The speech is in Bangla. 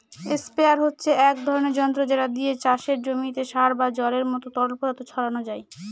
স্প্রেয়ার হচ্ছে এক ধরণের যন্ত্র যেটা দিয়ে চাষের জমিতে সার বা জলের মত তরল পদার্থ ছড়ানো যায়